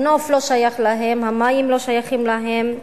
הנוף לא שייך להם, המים לא שייכים להם.